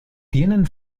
tienen